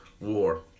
war